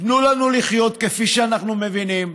תנו לנו לחיות כפי שאנחנו מבינים.